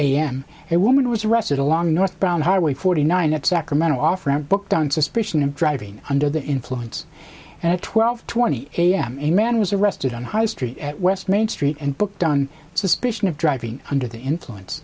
a m a woman was arrested along northbound highway forty nine at sacramento off booked on suspicion of driving under the influence at twelve twenty a m a man was arrested on high street at west main street and booked on suspicion of driving under the influence